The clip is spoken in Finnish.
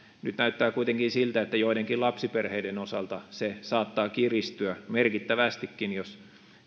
nyt näyttää kuitenkin siltä että joidenkin lapsiperheiden osalta se saattaa kiristyä merkittävästikin jos